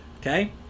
okay